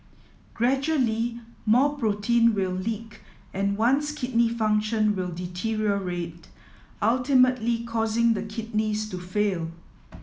gradually more protein will leak and one's kidney function will deteriorate ultimately causing the kidneys to fail